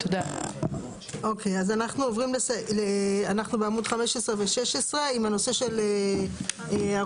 אנחנו בעמוד 15 ו-16 עם הנושא של הרופאים,